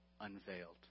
unveiled